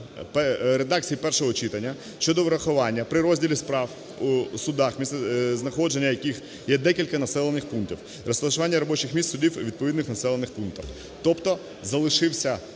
редакції першого читання щодо врахування при розділі справ у судах, місцезнаходження яких є декілька населених пунктів, розташування робочих місць судів у відповідних населених пунктах. Тобто залишився